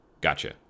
Gotcha